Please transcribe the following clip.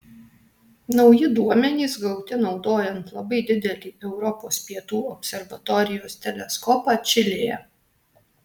nauji duomenys gauti naudojant labai didelį europos pietų observatorijos teleskopą čilėje